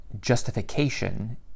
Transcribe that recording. justification